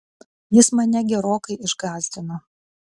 jis mane gerokai išgąsdino